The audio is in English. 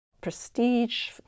prestige